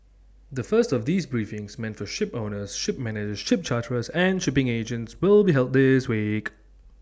the first of these briefings meant for shipowners ship managers ship charterers and shipping agents will be held this week